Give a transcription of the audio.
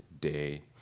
day